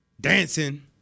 dancing